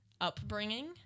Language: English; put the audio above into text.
upbringing